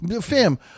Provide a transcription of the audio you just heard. fam